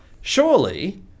surely